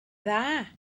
dda